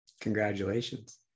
Congratulations